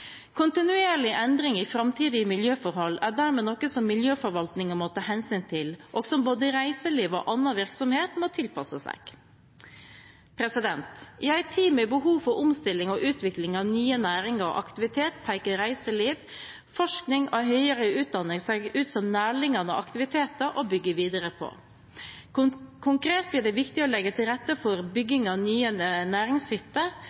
Kontinuerlig endring i framtidig miljøforhold er dermed noe miljøforvaltningen må ta hensyn til, og som både reiseliv og annen virksomhet må tilpasse seg. I en tid med behov for omstilling og utvikling av nye næringer og aktivitet peker reiseliv, forskning og høyere utdanning seg ut som nærliggende aktiviteter å bygge videre på. Konkret blir det viktig å legge til rette for